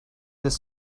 their